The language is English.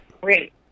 great